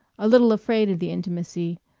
a little afraid of the intimacy,